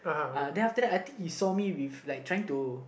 uh then after that I think he saw me with like trying to